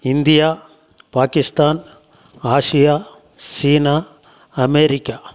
India Pakistan Asia சீனா America